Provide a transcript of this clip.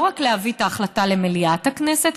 לא להביא את ההחלטה למליאת הכנסת,